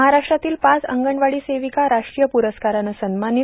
महाराष्ट्रातील पाच अंगणवाडी सेविका राष्ट्रीय पुरस्कारानं सन्मानित